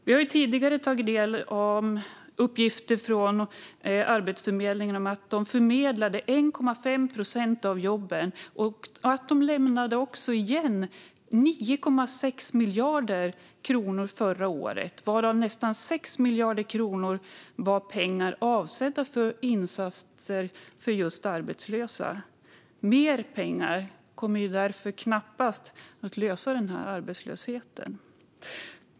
Vi har tidigare tagit del av uppgifter om att Arbetsförmedlingen förmedlade 1,5 procent av jobben och lämnade igen 9,6 miljarder kronor förra året, varav nästan 6 miljarder kronor var avsedda för insatser för just arbetslösa. Mer pengar kommer därför knappast att lösa arbetslösheten.